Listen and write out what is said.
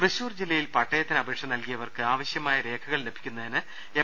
തൃശൂർ ജില്ലയിൽ പട്ടയത്തിന് അപേക്ഷ നൽകിയവർക്ക് ആവശ്യ മായ രേഖകൾ ലഭ്യമാക്കുന്നതിന് എം